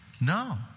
No